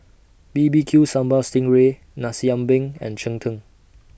B B Q Sambal Sting Ray Nasi Ambeng and Cheng Tng